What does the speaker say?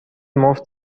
مفت